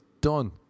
done